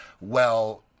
well-